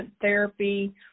therapy